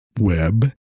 web